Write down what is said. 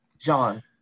John